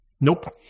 Nope